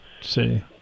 see